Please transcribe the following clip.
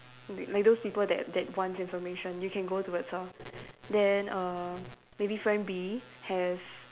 like like those people that that wants information you can go towards her then err maybe friend B has